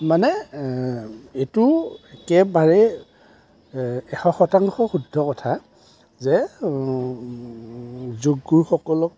মানে এইটো একেবাৰে এশ শতাংশ শুদ্ধ কথা যে যোগগুৰুসকলক